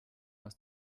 aus